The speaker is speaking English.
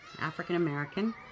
African-American